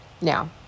Now